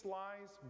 lies